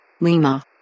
Lima